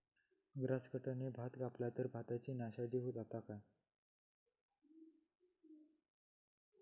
Grass कटराने भात कपला तर भाताची नाशादी जाता काय?